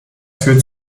führt